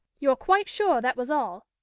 you're quite sure that was all?